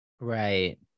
right